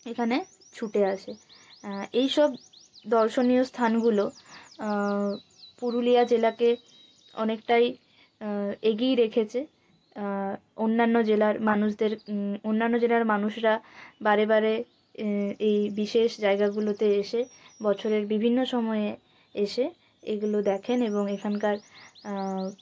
এখানে ছুটে আসে এই সব দর্শনীয় স্থানগুলো পুরুলিয়া জেলাকে অনেকটাই এগিয়ে রেখেছে অন্যান্য জেলার মানুষদের অন্যান্য জেলার মানুষরা বারে বারে এ এই বিশেষ জায়গাগুলোতে এসে বছরের বিভিন্ন সময়ে এসে এইগুলো দেখেন এবং এখানকার